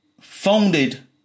Founded